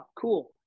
cool